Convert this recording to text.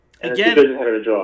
Again